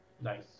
Nice